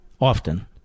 often